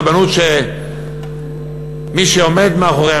רבנות שמי שעומד מאחוריה,